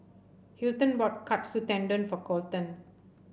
Hilton bought Katsu Tendon for Colton